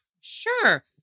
Sure